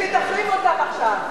תחרים אותם עכשיו.